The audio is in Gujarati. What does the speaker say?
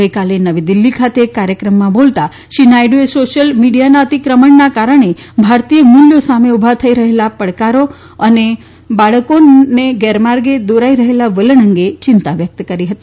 ગઇકાલે નવી દિલ્હી ખાતે એક કાર્યક્રમમાં બોલતાં શ્રી નાયડુએ સોશ્યલ મીડીયાના અતિક્રમણના કારણે ભારતીય મુલ્યો સામે ઉભા થઇ રહેલા પડકારો અને બાળકોને ગેરમાર્ગે દોરાઇ રહેલા વલણ અંગે ચિંતા વ્યકત કરી હતી